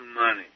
money